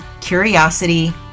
curiosity